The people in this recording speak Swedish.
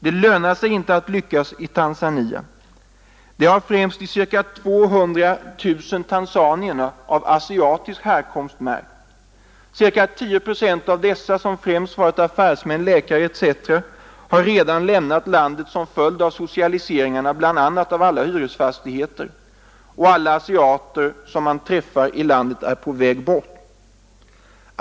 Det lönar sig inte att lyckas i Tanzania. Det har främst de cirka 200 000 tanzanierna av asiatisk härkomst märkt. Ca 10 procent av dessa, som främst varit affärsmän, läkare etc., har redan lämnat landet som följd av socialiseringarna, bl.a. av alla hyresfastigheter, och alla asiater som man träffar i landet är på väg bort.